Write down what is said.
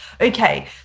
Okay